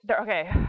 Okay